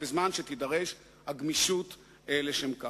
בזמן שתידרש הגמישות לשם כך.